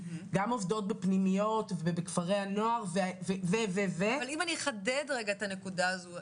גם עובדות בפנימיות ובכפרי הנוער --- אבל אם אני אחדד את הנקודה הזו,